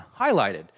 highlighted